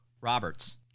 Roberts